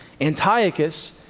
Antiochus